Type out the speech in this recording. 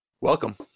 Welcome